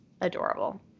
adorable